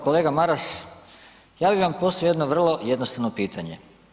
Kolega Maras, ja bi vam postavio jedno vrlo jednostavno pitanje.